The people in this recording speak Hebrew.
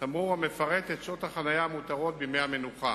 תמרור המפרט את שעות החנייה המותרות בימי המנוחה.